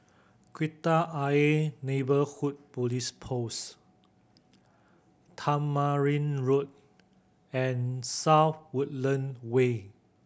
Kreta Ayer Neighbourhood Police Post Tamarind Road and South Woodland Way